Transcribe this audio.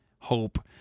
hope